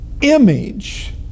Image